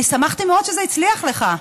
אני שמחתי מאוד שזה הצליח לך.